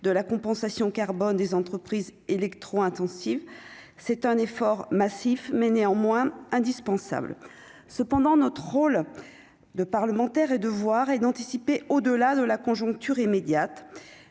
de la compensation carbone des entreprises électro-intensives, c'est un effort massif mais néanmoins indispensable cependant notre rôle de parlementaires et de voir et d'anticiper, au-delà de la conjoncture immédiate,